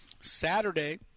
Saturday